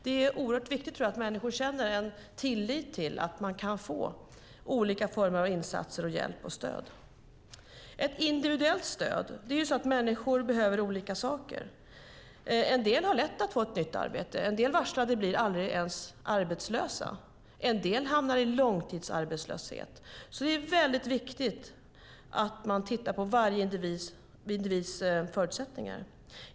Det är oerhört viktigt, tror jag, att människor känner en tillit till att man kan få olika former av insatser, hjälp och stöd - ett individuellt stöd. Människor behöver olika saker. En del har lätt att få ett nytt arbete. En del varslade blir aldrig ens arbetslösa, medan en del hamnar i långtidsarbetslöshet. Det är alltså viktigt att man tittar på varje individs förutsättningar.